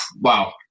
wow